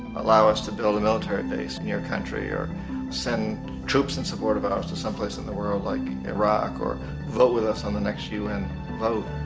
allow us to build a military base in your country, or send troops in support of ours to someplace in the world like iraq, or vote with us in um the next un vote,